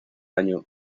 año